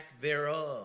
thereof